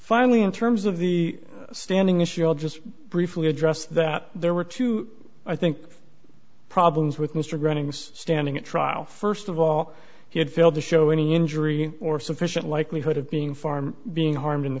finally in terms of the standing issue i'll just briefly address that there were two i think problems with mr gronings standing trial first of all he had failed to show any injury or sufficient likelihood of being farmed being harmed in the